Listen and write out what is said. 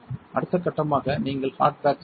அடுத்த கட்டமாக நீங்கள் ஹார்ட் பேக் செய்ய வேண்டும்